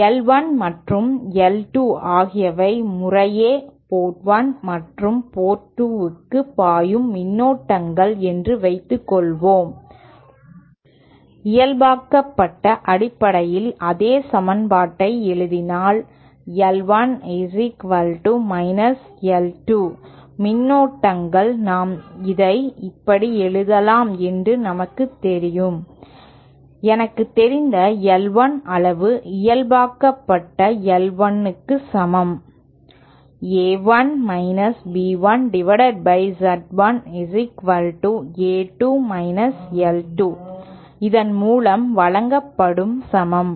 I 1 மற்றும் I 2 ஆகியவை முறையே போர்ட் 1 மற்றும் போர்ட் 2 க்கு பாயும் மின்னோட்டங்கள் என்று வைத்துக்கொள்வோம் இயல்பாக்கப்பட்ட அடிப்படையில் அதே சமன்பாட்டை எழுதினால் I1 I2 inped மின்னோட்டங்கள் நாம் இதை இப்படி எழுதலாம் என்று நமக்குத் தெரியும் எனக்குத் தெரிந்த I1 அளவு இயல்பாக்கப்பட்ட I 1 க்கு சமம் A1 B1Z1A2 I2 இதன் மூலம் வழங்கப்படும் சமம்